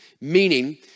Meaning